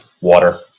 water